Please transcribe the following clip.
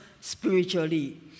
spiritually